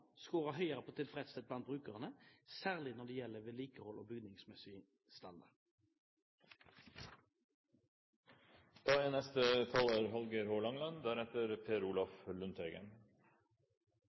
scorer høyere på tilfredshet blant brukerne, særlig når det gjelder vedlikehold og bygningsmessig